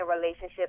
relationship